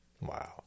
Wow